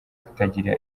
kutagira